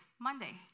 Monday